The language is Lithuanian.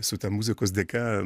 su ta muzikos dėka